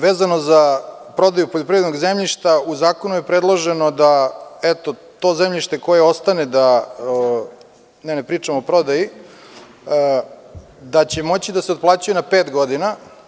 Vezano za prodaju poljoprivrednog zemljišta u zakonu je predloženo da to zemljište koje ostane, ne, ne pričam o prodaji da će moći da se otplaćuje na pet godina.